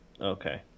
Okay